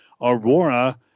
Aurora